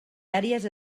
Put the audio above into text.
àrees